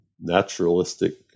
naturalistic